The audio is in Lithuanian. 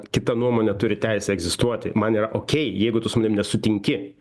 kita nuomonė turi teisę egzistuoti man yra okei jeigu tu su manim nesutinki